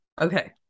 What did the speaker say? okay